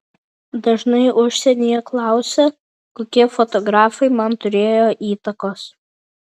dažnai užsienyje klausia kokie fotografai man turėjo įtakos